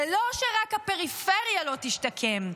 זה לא שרק הפריפריה לא תשתקם.